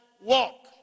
walk